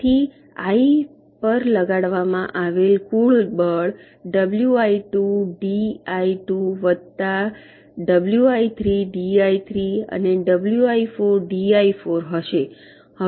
તેથી આઈ પર લગાડવામાં આવેલ કુલ બળ ડબ્લ્યુઆઈ 2 ડીઆઈ 2 વત્તા ડબ્લ્યુઆઈ 3 ડીઆઈ 3 અને ડબ્લ્યુઆઈ 4 ડીઆઈ 4 હશે